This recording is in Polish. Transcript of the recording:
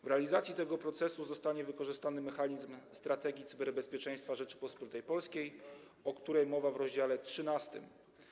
W realizacji tego procesu zostanie wykorzystany mechanizm Strategii Cyberbezpieczeństwa Rzeczypospolitej Polskiej, o której mowa w rozdziale 13.